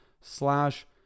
slash